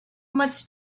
much